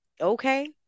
Okay